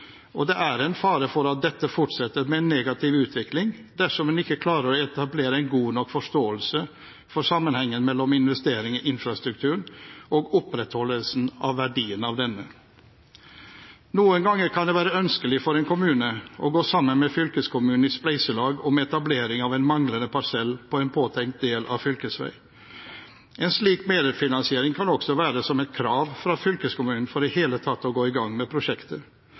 og det er en fare for at dette fortsetter med en negativ utvikling dersom en ikke klarer å etablere en god nok forståelse for sammenhengen mellom investering i infrastrukturen og opprettholdelsen av verdien av denne. Noen ganger kan det være ønskelig for en kommune å gå sammen med fylkeskommunen i spleiselag om etablering av en manglende parsell på en påtenkt del av fylkesvei. En slik medfinansiering kan også være som et krav fra fylkeskommunen for i det hele tatt å gå i gang med prosjektet.